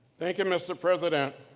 thank you mr. president,